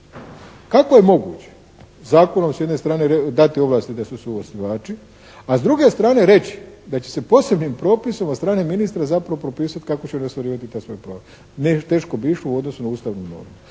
Kako je moguće zakonom s jedne strane dati ovlasti da su suosnivači, a s druge strane reći da će se posebnim propisom od strane ministra zapravo propisati kako će ostvarivati ta svoja prava. Ne, teško bi išlo u odnosu na ustavnu normu.